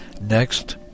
next